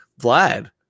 Vlad